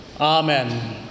Amen